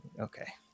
Okay